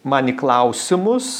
man į klausimus